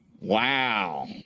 Wow